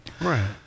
Right